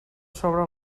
sobre